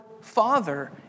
Father